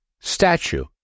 statue